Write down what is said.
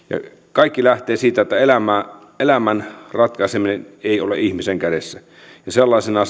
kaikki lähtee siitä että elämän ratkaiseminen ei ole ihmisen kädessä ja sellaisena